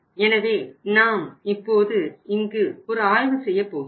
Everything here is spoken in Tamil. எனவே நாம் இப்போது இங்கு ஒரு ஆய்வு செய்யப் போகிறோம்